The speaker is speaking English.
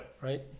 right